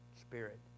Spirit